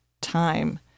time